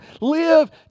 Live